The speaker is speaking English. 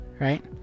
right